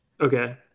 Okay